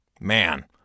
Man